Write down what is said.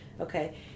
Okay